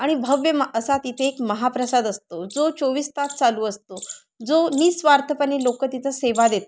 आणि भव्य महा असा तिथे एक महाप्रसाद असतो जो चोवीस तास चालू असतो जो निःस्वार्थपणे लोक तिथं सेवा देतात